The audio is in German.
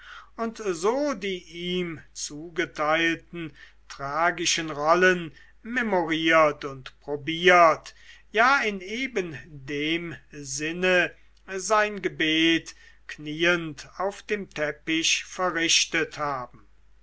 und so die ihm zugeteilten tragischen rollen memoriert und probiert ja in eben dem sinne sein gebet knieend auf dem teppich verrichtet haben